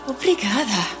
Obrigada